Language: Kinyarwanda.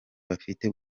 bafite